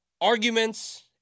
arguments